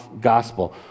gospel